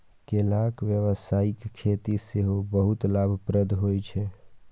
केलाक व्यावसायिक खेती सेहो बहुत लाभप्रद होइ छै